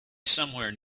somewhere